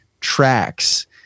tracks